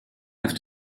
have